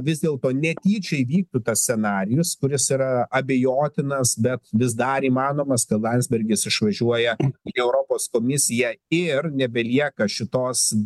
vis dėlto netyčia įvyktų tas scenarijus kuris yra abejotinas bet vis dar įmanomas kad landsbergis išvažiuoja į europos komisiją ir nebelieka šitos